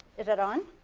is it on?